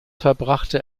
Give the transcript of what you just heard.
verbrachte